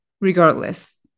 regardless